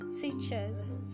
teachers